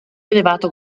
elevato